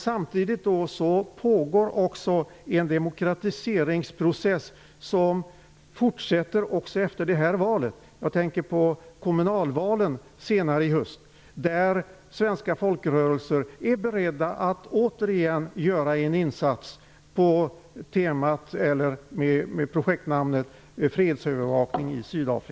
Samtidigt pågår en demokratiseringsprocess, som fortsätter även efter valet. Jag tänker på kommunalvalen som skall äga rum senare i höst. Svenska folkrörelser är då åter beredda att göra en insats under projektnamnet Fredsövervakning i